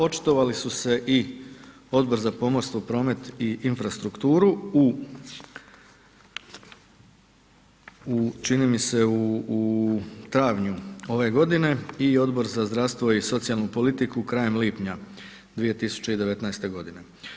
Očitovali su se i Odbor za pomorstvo, promet i infrastrukturu u čini mi se travnju ove godine i Odbor za zdravstvo i socijalnu politiku krajem lipnja 2019. godine.